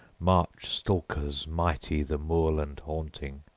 march-stalkers mighty the moorland haunting,